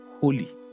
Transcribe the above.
Holy